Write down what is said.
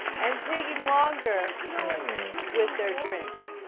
and taking longer with their drinks